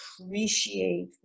appreciate